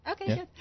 Okay